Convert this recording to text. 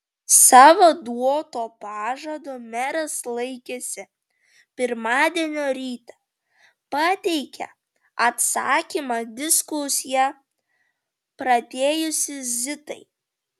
savo duoto pažado meras laikėsi pirmadienio rytą pateikė atsakymą diskusiją pradėjusiai zitai